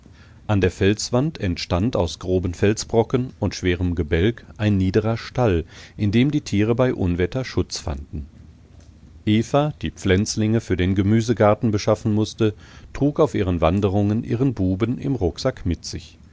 an der felswand entstand aus groben felsbrocken und schwerem gebälk ein niederer stall in dem die tiere bei unwetter schutz fanden eva die pflänzlinge für den gemüsegarten beschaffen mußte trug auf ihren wanderungen ihren buben im rucksack mit sich